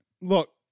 look